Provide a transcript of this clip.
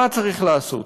מה צריך לעשות?